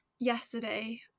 yesterday